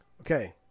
Okay